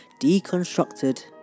deconstructed